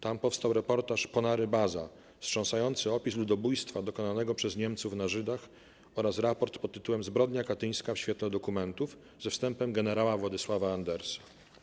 Tam powstał reportaż 'Ponary-Baza' - wstrząsający opis ludobójstwa dokonanego przez Niemców na Żydach oraz raport pt. 'Zbrodnia katyńska w świetle dokumentów' ze wstępem generała Władysława Andersa.